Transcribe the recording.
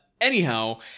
Anyhow